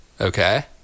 Okay